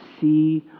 see